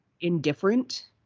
indifferent